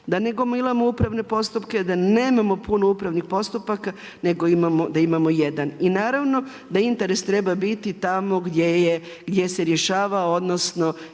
da ne gomilamo upravne postupke, da nemamo puno upravnih postupaka nego da imamo jedan. I naravno, da interes treba biti tamo gdje se rješava odnosno